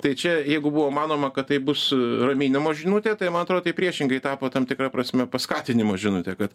tai čia jeigu buvo manoma kad tai bus raminimo žinutė tai man atrodo tai priešingai tapo tam tikra prasme paskatinimo žinute kad